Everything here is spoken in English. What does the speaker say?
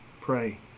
Pray